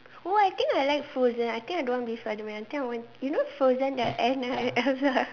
oh I think I like Frozen I think I don't want to be Spiderman I think I want you know Frozen the Anna and Elsa